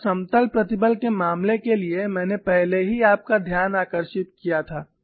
और समतल प्रतिबल के मामले के लिए मैंने पहले ही आपका ध्यान आकर्षित किया था